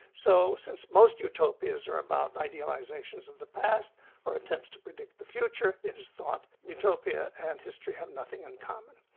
so since most utopias are about idealisations of the past or attempts to predict the future it is thought that utopia and history have nothing in common.